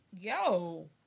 yo